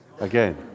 Again